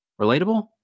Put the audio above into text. Relatable